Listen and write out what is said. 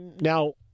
now-